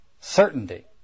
Certainty